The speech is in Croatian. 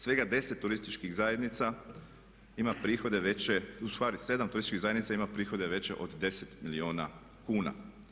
Svega 10 turističkih zajednica ima prihode veće, odnosno 7 turističkih zajednica ima prihode veće od 10 milijuna kuna.